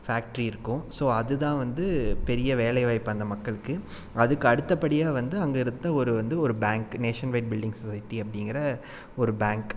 factory இருக்கும் so அதுதான் வந்து பெரிய வேலை வாய்ப்பு அந்த மக்களுக்கு அதுக்கு அடுத்தப்படியாக வந்து அங்கே இருந்த ஒரு வந்து ஒரு bank Nationwide building society அப்படிங்குற ஒரு பேங்க்